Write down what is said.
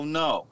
no